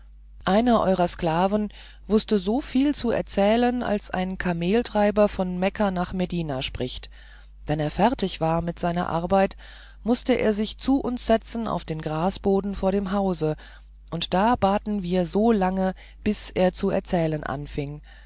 einer eurer sklaven wußte so viel zu erzählen als ein kameltreiber von mekka nach medina spricht wann er fertig war mit seiner arbeit mußte er sich zu uns setzen auf den grasboden vor dem hause und da baten wir so lange bis er zu erzählen anfing